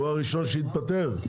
הוא הראשון שהתפטר.